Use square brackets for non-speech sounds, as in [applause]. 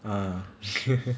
ah [laughs]